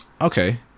Okay